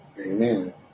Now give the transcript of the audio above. Amen